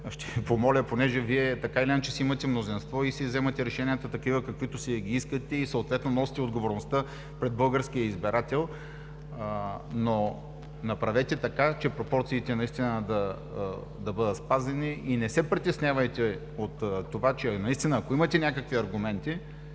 Ви помоля, понеже Вие така или иначе си имате мнозинство и си вземате решенията такива каквито си ги искате и съответно носите отговорността пред българския избирател, но направете така, че пропорциите наистина да бъдат спазени и не се притеснявайте от това, че ако имате някакви аргументи,